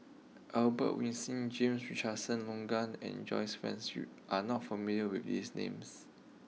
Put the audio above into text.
Albert Winsemius James Richardson Logan and Joyce Fans you are not familiar with these names